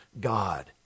God